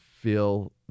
feel